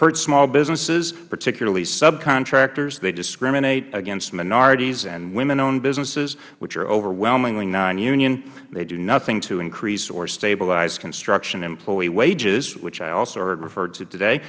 hurt small businesses particularly subcontractors they discriminate against minorities and women owned businesses which are overwhelmingly non union they do nothing to increase or stabilize construction employee wages which i also heard referred to today